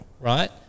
Right